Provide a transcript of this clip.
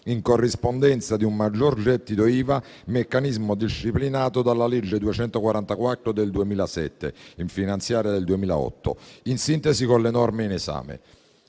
in corrispondenza di un maggior gettito IVA, meccanismo disciplinato dalla legge n. 244 del 2007 (legge finanziaria per il 2008). In sintesi, con le norme in esame